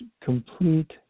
complete